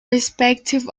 respective